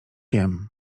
jem